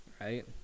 right